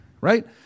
right